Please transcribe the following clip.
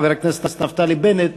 חבר הכנסת נפתלי בנט,